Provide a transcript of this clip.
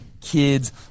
kids